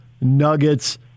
Nuggets